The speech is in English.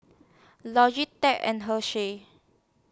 Logitech and Hersheys